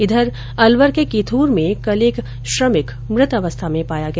इधर अलवर के किथूर में कल एक श्रमिक मृत अवस्था में पाया गया